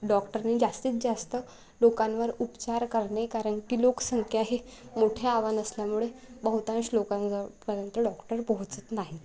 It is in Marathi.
डॉक्टरनी जास्तीत जास्त लोकांवर उपचार करणे कारण की लोकसंख्या हे मोठे आव्हान असल्यामुळे बहुतांश लोकांजवळ पर्यंत डॉक्टर पोहोचत नाही